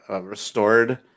restored